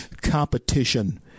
Competition